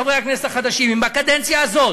חברי הכנסת החדשים: אם בקדנציה הזאת